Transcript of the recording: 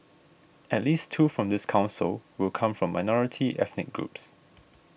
at least two from this Council will come from minority ethnic groups